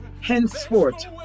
Henceforth